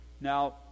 Now